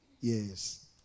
Yes